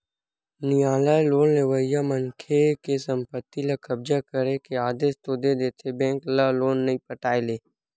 नियालय लोन लेवइया मनखे के संपत्ति ल कब्जा करे के आदेस तो दे देथे बेंक ल लोन नइ पटाय ले